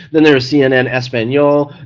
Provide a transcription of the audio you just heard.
then there's cnn espanol,